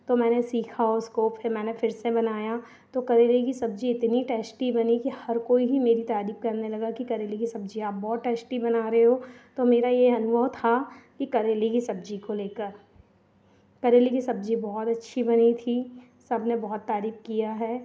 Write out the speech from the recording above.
तो मैंने सीखा उसको फिर मैंने फिर से बनाया तो करेले की सब्ज़ी इतनी टेश्टी बनी कि हर कोई ही मेरी तारीफ करने लगा कि करेले की सब्ज़ी आप बहुत टेश्टी बना रहे हो तो मेरा यह अनुभव था कि करेले की सब्ज़ी को लेकर करेले की सब्ज़ी बहुत अच्छी बनी थी सबने बहुत तारीफ किया है